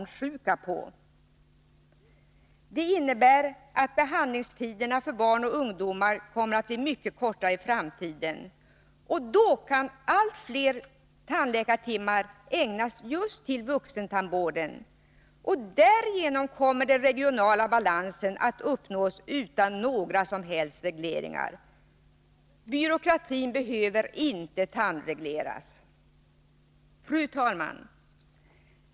Detta innebär att behandlingsprivatpraktise tiderna för barn och ungdomar kommer att bli mycket kortare i framtiden, rande tandläkare och då kan allt fler tandläkartimmar ägnas just åt vuxentandvården. = sj] tandvårdsför Därigenom kommer den regionala balansen att uppnås utan några som helst regleringar. Byråkratin behöver inte tandregleras! Fru talman!